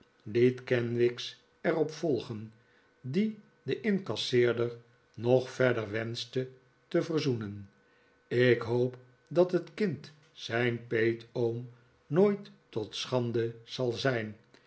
liet kenwigs er op volgen die den incasseerder nog xerder wenschte te verzoenen ik hoop dat het kind zijn peetoom nooit tot schande zal zijn